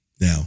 Now